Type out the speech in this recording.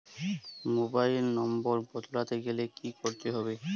Mobile number বদলাতে গেলে কি করতে হবে?